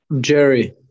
Jerry